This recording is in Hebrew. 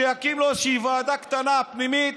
שיקים לו איזושהי ועדה קטנה פנימית